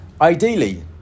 Ideally